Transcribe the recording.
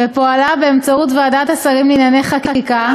באמצעות ועדת השרים לענייני חקיקה,